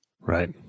Right